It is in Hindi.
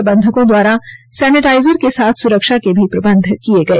प्रबंधकों द्वारा सैनीटाईजर के साथ सुरक्षा के भी प्रबंध किए गए